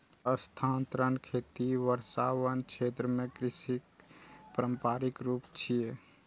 स्थानांतरण खेती वर्षावन क्षेत्र मे कृषिक पारंपरिक रूप छियै